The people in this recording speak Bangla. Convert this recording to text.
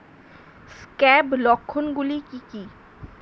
স্ক্যাব লক্ষণ গুলো কি কি?